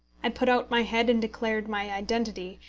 i put out my head and declared my identity,